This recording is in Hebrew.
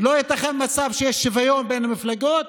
לא ייתכן מצב שיש שוויון בין המפלגות